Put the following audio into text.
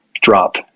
drop